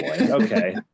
Okay